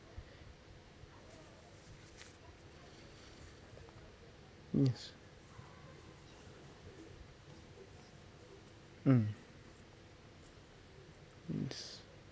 yes mm yes